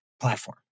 Platform